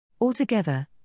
Altogether